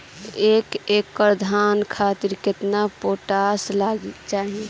एक एकड़ धान खातिर केतना पोटाश चाही?